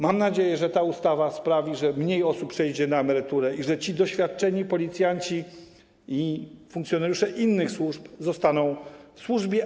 Mam nadzieję, że ta ustawa sprawi, że mniej osób przejdzie na emeryturę i że ci doświadczeni policjanci oraz funkcjonariusze innych służb zostaną na służbie.